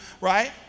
right